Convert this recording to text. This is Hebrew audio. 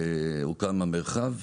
הוקם המרחב,